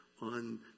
on